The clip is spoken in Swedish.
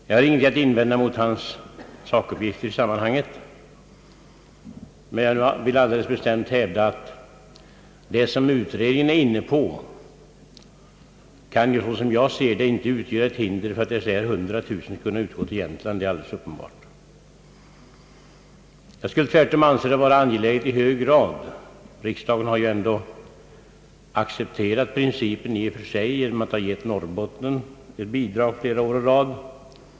Jag har ingenting att invända mot herr Söderbergs sakuppgifter i sammanhanget, men jag vill alldeles bestämt hävda att det som utredningen är inne på inte kan — som jag ser det — utgöra något hinder för att detta bidrag av 100 000 kronor skall kunna utgå till företagareföreningen i Jämtlands län. Jag anser tvärtom att det är i hög grad angeläget att ge detta bidrag — riksdagen har ändå accepterat principen i och för sig genom att ge företagareföreningen i Norrbottens län ett särskilt bidrag flera år i rad.